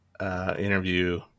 interview